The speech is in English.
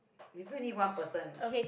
maybe only one person